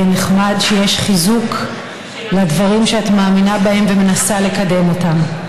נחמד שיש חיזוק לדברים שאת מאמינה בהם ומנסה לקדם אותם.